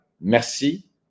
merci